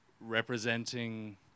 representing